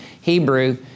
hebrew